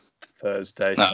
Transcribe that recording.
Thursday